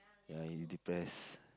ya he depressed